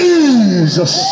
Jesus